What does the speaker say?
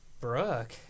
Brooke